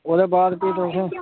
आं एशिया मोड़ दा के आई ही अऊं